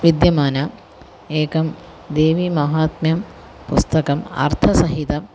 विद्यमानम् एकं देवीमाहात्म्यं पुस्तकम् अर्थसहितं